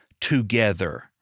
together